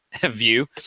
view